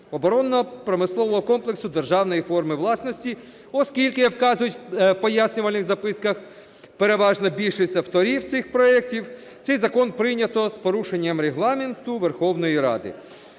оборонно-промислового комплексу державної форми власності". Оскільки, вказують в пояснювальних записках переважна більшість авторів цих проектів, цей Закон прийнято з порушенням Регламенту Верховної Ради.